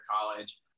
college